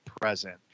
present